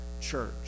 church